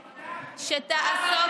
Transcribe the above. שתעסוק,